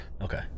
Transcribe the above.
okay